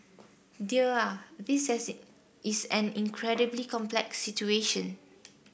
dear ah this is an incredibly complex situation